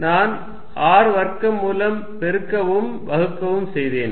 நான் R வர்க்கம் மூலம் பெருக்கவும் வகுக்கவும் செய்தேன்